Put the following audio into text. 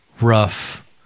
rough